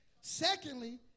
Secondly